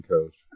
Coach